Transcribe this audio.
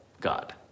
God